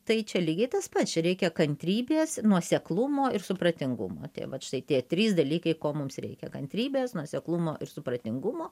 tai čia lygiai tas pats čia reikia kantrybės nuoseklumo ir supratingumo tai vat štai tie trys dalykai ko mums reikia kantrybės nuoseklumo ir supratingumo